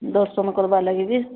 ଦର୍ଶନ କରିବାର ଲାଗି ଯେ